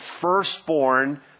firstborn